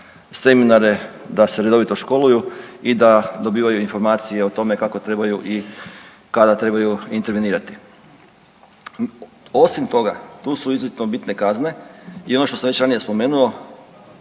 seminare, da se redovito školuju i da dobivaju informacije o tome kako trebaju i kada trebaju intervenirati. Osim toga tu su izuzetno bitne kazne i ono što sam već ranije spomenuo